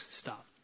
stop